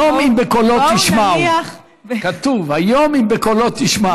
בואו נניח, "היום אם בקֹלו תשמעו".